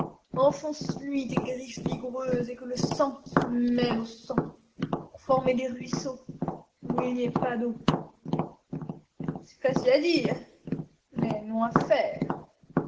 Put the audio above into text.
enfonce lui tes griffes vigoureuses et que le sang se mêle au sang pour former des ruisseaux où il n'y ait pas d'eau c'est facile à dire mais non à faire